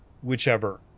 whichever